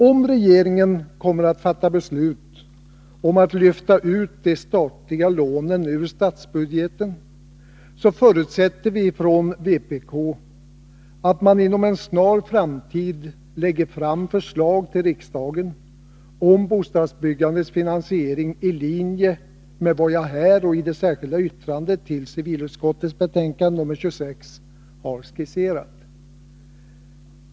Om regeringen kommer att fatta beslut om att lyfta ut de statliga lånen ur statsbudgeten, förutsätter vi från vpk att man inom en snar framtid lägger fram förslag till riksdagen om bostadsbyggandets finansiering i linje med vad jag här och i det särskilda yttrandet till civilutskottets betänkande nr 26 har skisserat.